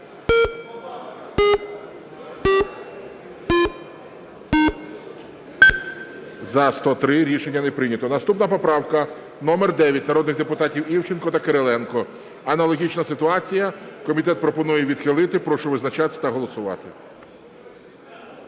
За-103 Рішення не прийнято. Наступна поправка номер 9 народних депутатів Івченка та Кириленка. Аналогічна ситуація, комітет пропонує відхилити. Прошу визначатись та голосувати.